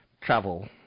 travel